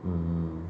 mm